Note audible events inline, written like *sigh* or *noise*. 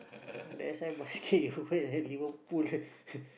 that's why must K *laughs* Liverpool *laughs*